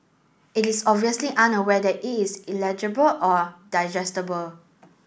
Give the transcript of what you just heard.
it is obviously unaware that it is eligible or digestible